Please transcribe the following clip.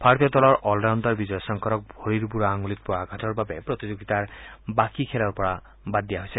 ভাৰতীয় দলৰ অলৰাউণ্ডাৰ বিজয় শংকৰক ভৰিৰ বুঢ়া আাঙুলিত পোৱা আঘাতৰ বাবে প্ৰতিযোগিতাৰ বাকী খেলৰ পৰা বাদ দিয়া হৈছে